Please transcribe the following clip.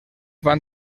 van